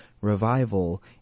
revival